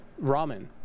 ramen